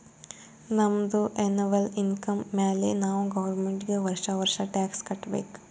ನಮ್ದು ಎನ್ನವಲ್ ಇನ್ಕಮ್ ಮ್ಯಾಲೆ ನಾವ್ ಗೌರ್ಮೆಂಟ್ಗ್ ವರ್ಷಾ ವರ್ಷಾ ಟ್ಯಾಕ್ಸ್ ಕಟ್ಟಬೇಕ್